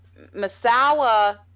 Masawa